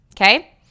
Okay